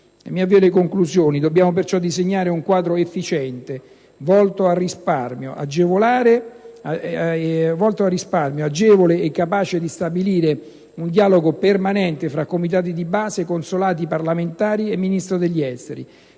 globali. Concludo affermando che bisogna disegnare un quadro efficiente, volto al risparmio, agevole e capace di stabilire un dialogo permanente tra comitati di base, consolati, parlamentari e Ministro degli esteri,